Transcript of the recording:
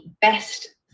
best